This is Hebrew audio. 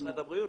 משרד הבריאות.